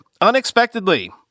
unexpectedly